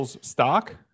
stock